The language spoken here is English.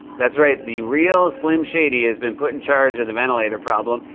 that's right. the real slim shady has been put in charge of the ventilator problem.